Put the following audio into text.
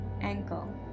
ankle